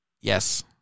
Yes